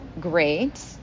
great